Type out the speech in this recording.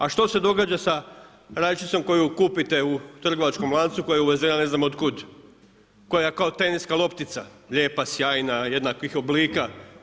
A što se događa sa rajčicom koju kupite u trgovačkom lancu koja je uvezena od ne znam kud, koja je kao teniska loptica lijepa, sjajna, jednakih oblika?